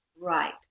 Right